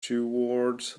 toward